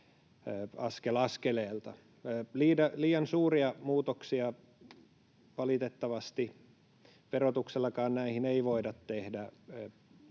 askel askeleelta. Liian suuria muutoksia valitettavasti verotuksellakaan näihin ei voida tehdä.